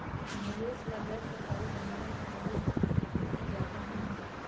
निवेश ला भी गैर सरकारी बैंकवन के बहुत ज्यादा महत्व हई